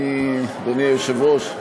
אדוני היושב-ראש,